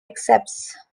accepts